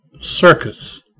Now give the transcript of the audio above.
circus